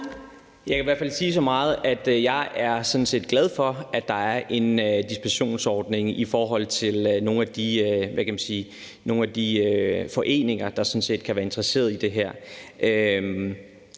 Jeg kan i hvert fald sige så meget, at jeg sådan set er glad for, at der er en dispensationsordning i forhold til nogle af de, hvad kan man sige, foreninger, der kan være interesseret i det her.